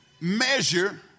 measure